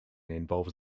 involves